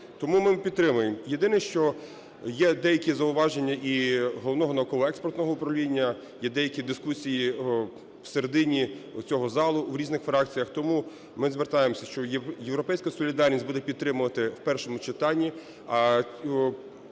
Тому ми підтримаємо. Єдине, що є деякі зауваження і Головного науково-експертного управління, є деякі дискусії всередині цього залу у різних фракціях, тому ми звертаємося, що "Європейська солідарність" буде підтримувати в першому читанні.